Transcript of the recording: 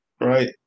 right